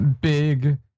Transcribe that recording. big